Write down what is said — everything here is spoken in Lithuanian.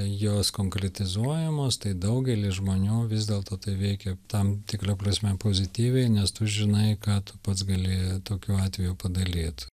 jos konkretizuojamos tai daugelį žmonių vis dėlto tai veikia tam tikra prasme pozityviai nes tu žinai ką tu pats gali tokiu atveju padaryt